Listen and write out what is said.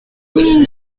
mille